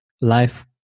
life